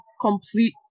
complete